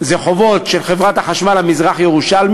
זה חובות של חברת החשמל המזרח-ירושלמית,